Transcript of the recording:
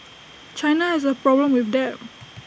China has A problem with debt